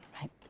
right